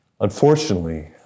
unfortunately